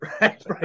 right